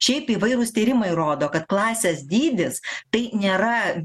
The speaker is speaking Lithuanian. šiaip įvairūs tyrimai rodo kad klasės dydis tai nėra